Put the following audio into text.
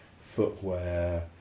footwear